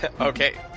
Okay